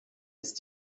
ist